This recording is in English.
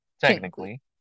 technically